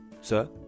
sir